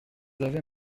avez